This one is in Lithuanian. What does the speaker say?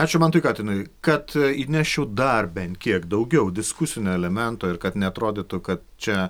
ačiū mantui katinui kad įneščiau dar bent kiek daugiau diskusinio elemento ir kad neatrodytų kad čia